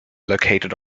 located